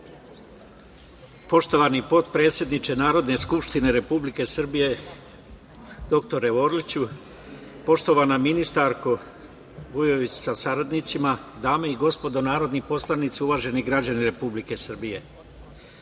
Poštovani potpredsedniče Narodne skupštine Republike Srbije doktore Orliću, poštovana ministarko Vujović sa saradnicima, dame i gospodo narodni poslanici, uvaženi građani Republike Srbije,